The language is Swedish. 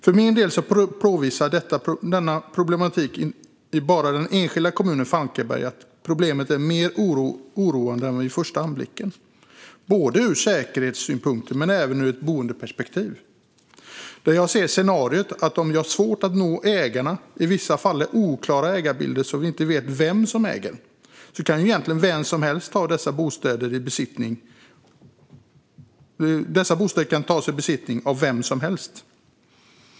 För min del påvisar denna problematik bara i den enskilda kommunen Falkenberg att problemet är mer oroande än vad det tycks vara vid första anblicken, både ur säkerhetssynpunkt och ur ett boendeperspektiv. Om vi har svårt att nå ägarna och om ägarbilden i vissa fall är oklar, så att vi inte vet vem som är ägare, kan dessa bostäder egentligen tas i besittning av vem som helst.